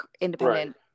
independent